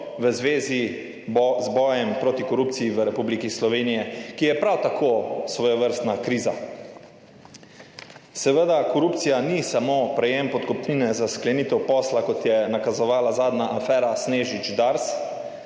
v zvezi z bojem proti korupciji v Republiki Sloveniji, ki je prav tako svojevrstna kriza. Seveda korupcija ni samo prejem podkupnine za sklenitev posla, kot je nakazovala zadnja afera Snežič, Dars,